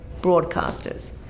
broadcasters